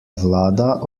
vlada